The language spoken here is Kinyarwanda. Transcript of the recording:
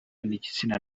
n’igitsina